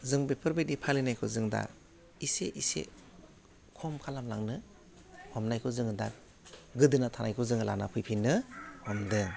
जों बेफोरबायदि फालिनायखौ जों दा एसे एसे खम खालामलांनो हमनायखौ जोङो दा गोदोना थानायखौ जोङो लाना फैफिनो हमदों